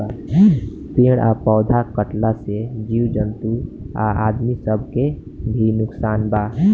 पेड़ आ पौधा कटला से जीव जंतु आ आदमी सब के भी नुकसान बा